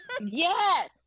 Yes